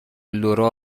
لورا